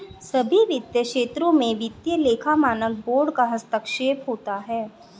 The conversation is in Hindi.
सभी वित्तीय क्षेत्रों में वित्तीय लेखा मानक बोर्ड का हस्तक्षेप होता है